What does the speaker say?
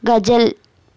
ghazal